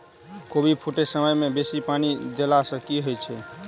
कोबी फूटै समय मे बेसी पानि देला सऽ की होइ छै?